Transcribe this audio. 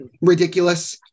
ridiculous